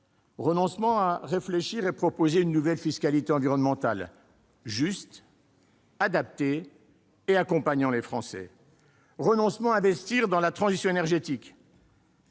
renoncements : renoncement à proposer une nouvelle fiscalité environnementale, juste, adaptée et accompagnant les Français ; renoncement à investir dans la transition énergétique,